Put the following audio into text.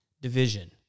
division